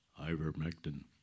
ivermectin